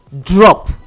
drop